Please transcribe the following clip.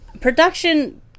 production